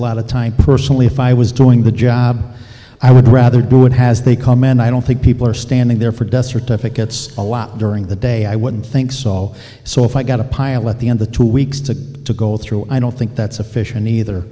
of time personally if i was doing the job i would rather do it has they come and i don't think people are standing there for death certificates a lot during the day i wouldn't think so so if i got a pile at the end the two weeks to go through i don't think that's sufficient either